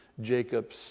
Jacob's